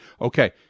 Okay